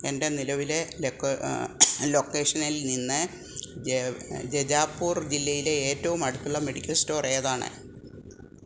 എൻ്റെ നിലവിലെ ലൊക്കേഷനിൽ നിന്ന് ജ ജജാപൂർ ജില്ലയിലെ ഏറ്റവും അടുത്തുള്ള മെഡിക്കൽ സ്റ്റോർ ഏതാണ്